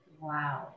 Wow